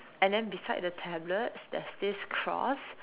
and then beside the tablet there's this cross